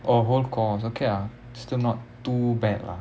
or whole because okay ah still not too bad lah